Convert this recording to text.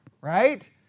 right